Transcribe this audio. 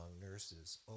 nurses